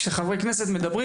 כשחברי כנסת מדברים,